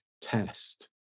test